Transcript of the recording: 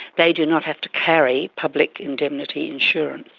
they do not have to carry public indemnity insurance.